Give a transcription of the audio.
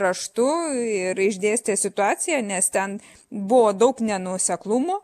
raštu ir išdėstė situaciją nes ten buvo daug nenuoseklumo